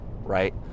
Right